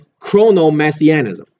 chronomessianism